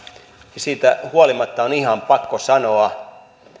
niin siitä huolimatta on ihan pakko sanoa